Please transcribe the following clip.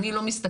אני לא מסתכל,